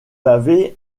avez